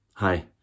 Hi